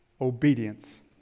Obedience